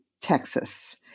Texas